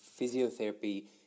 physiotherapy